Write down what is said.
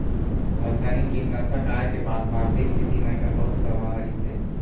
रासायनिक कीटनाशक आए के बाद भारतीय खेती म एकर बहुत प्रभाव रहीसे